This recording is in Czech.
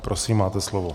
Prosím, máte slovo.